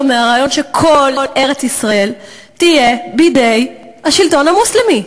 מהרעיון שכל ארץ-ישראל תהיה בידי השלטון המוסלמי,